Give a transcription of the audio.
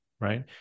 right